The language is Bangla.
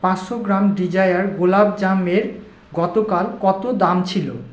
পাঁচশো গ্রাম ডিজায়ার গোলাপ জাম এর গতকাল কত দাম ছিল